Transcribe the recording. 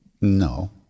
No